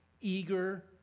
eager